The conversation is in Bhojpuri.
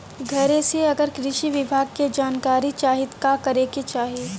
घरे से अगर कृषि विभाग के जानकारी चाहीत का करे के चाही?